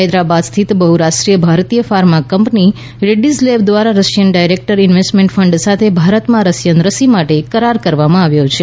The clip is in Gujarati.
હૈદરાબાદ સ્થિત બહ્રાષ્ટ્રીય ભારતીય ફાર્મા કંપની રેડ્રીઝ લેબ દ્વારા રશિયન ડાયરેક્ટ ઇન્વેસ્ટમેન્ટ ફંડ સાથે ભારતમાં રશિયન રસી માટે કરાર કરવામાં આવ્યો છે